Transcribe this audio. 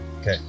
Okay